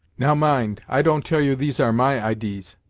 now, mind i don't tell you these are my idees,